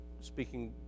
speaking